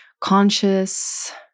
conscious